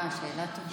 שאלה טובה.